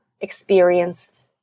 experienced